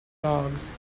dogs